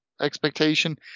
expectation